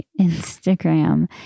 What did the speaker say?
Instagram